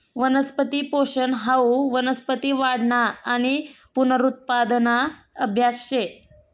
वनस्पती पोषन हाऊ वनस्पती वाढना आणि पुनरुत्पादना आभ्यास शे